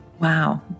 Wow